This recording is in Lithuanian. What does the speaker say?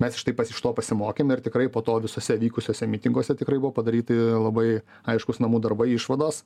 mes iš iš to pasimokėm ir tikrai po to visuose vykusiuose mitinguose tikrai buvo padaryti labai aiškūs namų darbai išvados